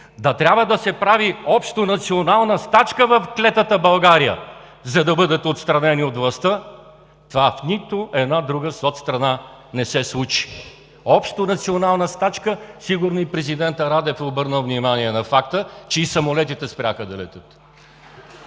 да трябва да се прави общонационална стачка в клетата България, за да бъдат отстранени от властта – това в нито една друга социалистическа страна не се случи. Общонационална стачка! Сигурно и президентът Радев е обърнал внимание на факта, че и самолетите спряха да летят.